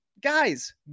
Guys